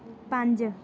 ਪੰਜ